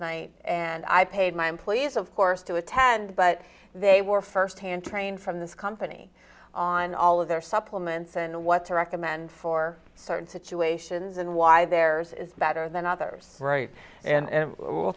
night and i paid my employees of course to attend but they were first hand trained from this company on all of their supplements and what to recommend for certain situations and why theirs is better than others write and